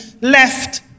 left